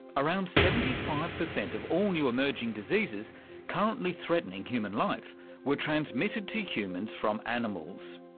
around seventy five percent of all new emerging diseases currently threatening human life were transmitted to humans from animals.